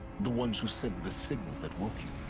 the ones who sent the signal that woke you?